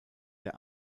der